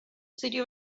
city